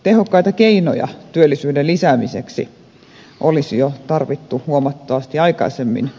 tehokkaita keinoja työllisyyden lisäämiseksi olisi jo tarvittu huomattavasti aikaisemmin